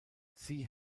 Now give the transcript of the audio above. sie